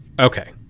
Okay